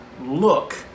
look